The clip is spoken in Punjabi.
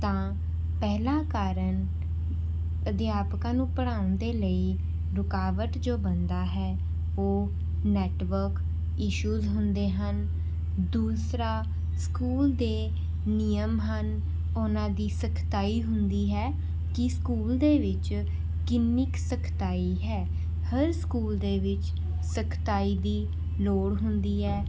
ਤਾਂ ਪਹਿਲਾ ਕਾਰਨ ਅਧਿਆਪਕਾਂ ਨੂੰ ਪੜ੍ਹਾਉਣ ਦੇ ਲਈ ਰੁਕਾਵਟ ਜੋ ਬਣਦਾ ਹੈ ਉਹ ਨੈਟਵਰਕ ਇਸ਼ੂਸ ਹੁੰਦੇ ਹਨ ਦੂਸਰਾ ਸਕੂਲ ਦੇ ਨਿਯਮ ਹਨ ਉਹਨਾਂ ਦੀ ਸਖਤਾਈ ਹੁੰਦੀ ਹੈ ਕਿ ਸਕੂਲ ਦੇ ਵਿੱਚ ਕਿੰਨੀ ਕੁ ਸਖਤਾਈ ਹੈ ਹਰ ਸਕੂਲ ਦੇ ਵਿੱਚ ਸਖਤਾਈ ਦੀ ਲੋੜ ਹੁੰਦੀ ਹੈ